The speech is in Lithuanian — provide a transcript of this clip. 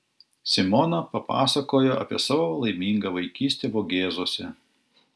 simona papasakojo apie savo laimingą vaikystę vogėzuose